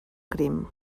crim